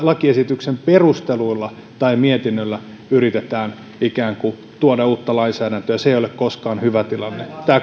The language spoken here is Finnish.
lakiesityksen perusteluilla tai mietinnöllä yritetään ikään kuin tuoda uutta lainsäädäntöä se ei ei ole koskaan hyvä tilanne tämä